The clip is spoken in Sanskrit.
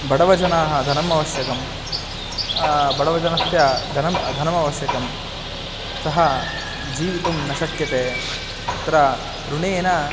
बडवजनाः धनम् आवश्यकं बडवजनस्य धनं धनम् आवश्यकं सः जीवितुं न शक्यते अत्र ऋणेन